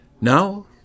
Now